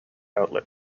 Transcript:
outlet